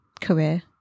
career